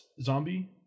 zombie